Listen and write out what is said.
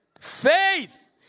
faith